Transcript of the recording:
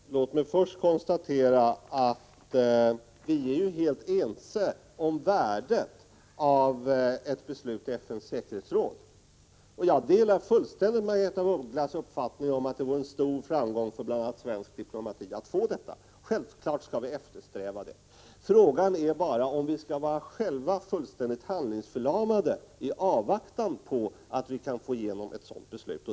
Herr talman! Låt mig först konstatera att vi är helt ense om värdet av ett beslut i FN:s säkerhetsråd. Jag delar fullständigt Margaretha af Ugglas uppfattning att det vore en stor framgång för bl, a. svensk diplomati om ett sådant kom till stånd. Vi skall självfallet eftersträva detta. Frågan är bara om vi själva skall vara fullständigt handlingsförlamade i avvaktan på att vi kan få igenom ett sådant beslut.